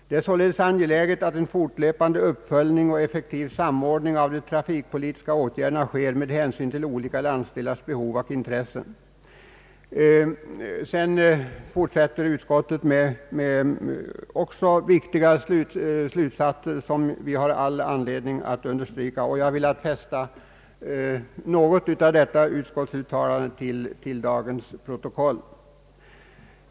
Det är således angeläget att en fortlöpande uppföljning och effektiv samordning av de trafikpolitiska åtgärderna sker med hänsyn till olika landsdelars behov och intressen.» Sedan fortsätter utskottet med viktiga slutsatser som det också finns anledning att understryka. Jag har velat föra något av detta uttalande till dagens protokoll.